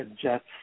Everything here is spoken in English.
Jets